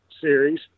series